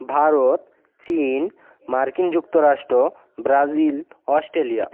ভারত চীন মার্কিন যুক্তরাষ্ট্র ব্রাজিল অস্ট্রেলিয়া